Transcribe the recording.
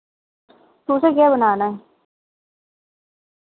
तुसें केह् बनाना ऐ